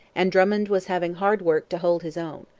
and drummond was having hard work to hold his own.